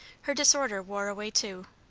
her disorder wore away too,